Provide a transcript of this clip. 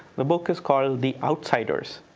the book is called the outsiders.